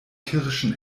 kirschen